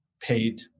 paid